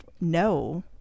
no